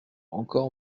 encore